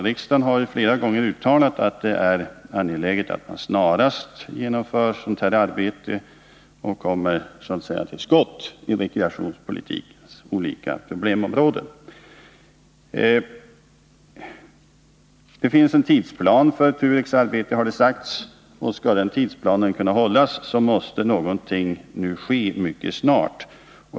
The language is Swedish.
Riksdagen har flera gånger uttalat att det är angeläget att man snarast genomför ett sådant här arbete och kommer till skott inom rekreationspolitikens olika problemområden. Det finns en tidsplan för TUREK:s arbete, har det sagts, och skall den tidsplanen kunna hållas måste någonting ske mycket snart.